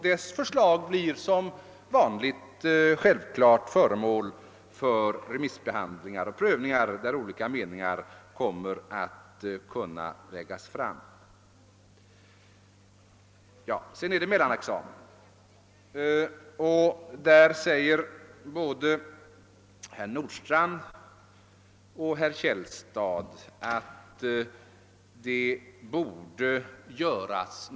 Dess förslag blir självklart som vanligt föremål för remissbehandling och prövning, varvid olika uppfattningar kan läggas fram. Sedan gäller det mellanexamen. Där säger både herr Nordstrandh och herr Källstad att någonting borde göras.